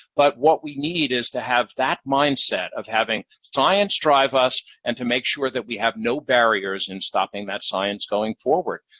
but what we need is to have that mindset of having science drive us and to make sure that we have no barriers in stopping that science going forward.